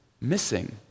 missing